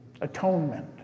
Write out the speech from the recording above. Atonement